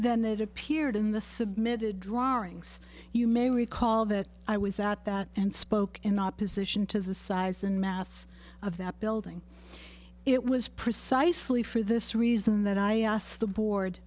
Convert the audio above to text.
than it appeared in the submitted drawings you may recall that i was at that and spoke in opposition to the size and mass of that building it was precisely for this reason that i asked the board